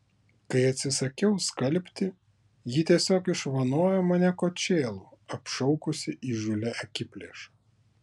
kai atsisakiau skalbti ji tiesiog išvanojo mane kočėlu apšaukusi įžūlia akiplėša